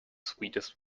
sweetest